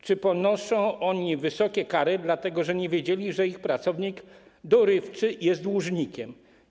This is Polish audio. Czy poniosą oni wysokie kary dlatego, że nie wiedzieli, że ich pracownik dorywczy jest dłużnikiem?